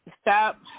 stop